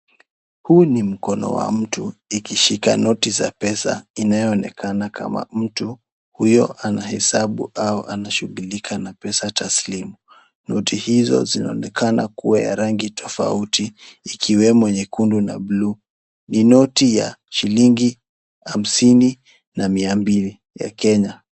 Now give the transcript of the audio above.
Huu ni mkono wa mtu, ikishika noti za pesa, inayoonekana kama mtu huyo anahesabu au anashughulika na pesa taslimu. Noti hizo zinaonekana kuwa ya rangi tofauti, ikiwemo nyekundu na blue . Ni noti ya shilingi hamsini na mia mbili ya Kenya.